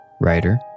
writer